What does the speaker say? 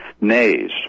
Nays